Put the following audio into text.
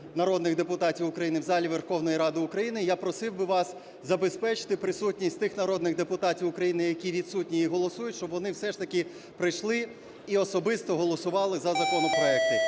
народних депутатів України в залі Верховної Ради України, я просив би вас забезпечити присутність тих народних депутатів України, які відсутні і голосують, щоб вони все ж таки прийшли і особисто голосували за законопроекти.